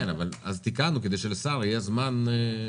תיקנו כדי שלשר יהיה זמן להיערך.